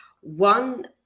one